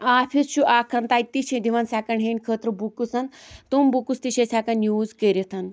office چھُ اَکھَن تَتہِ تہِ چھِ دِوان سٮ۪کٮ۪نٛڈ ہینٛڈ خٲطرٕ بُکٕسَن تم بُکُس تہِ چھِ أسۍ ہٮ۪کَان یوٗز کٔرِتھ